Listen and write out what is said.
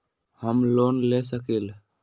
हम लोन ले सकील?